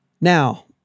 Now